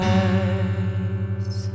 eyes